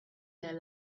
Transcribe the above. their